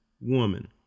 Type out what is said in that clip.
Woman